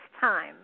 time